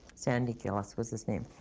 sandy gillis was his name.